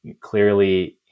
Clearly